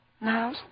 now